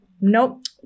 Nope